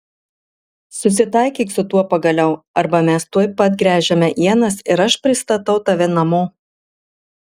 susitaikyk su tuo pagaliau arba mes tuoj pat gręžiame ienas ir aš pristatau tave namo